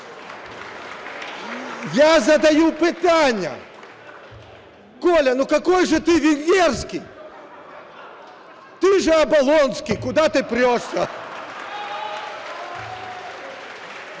Я задаю питання: Коля, ну какой же ты венгерский? Ты же "Оболонский". Куда ты прешься?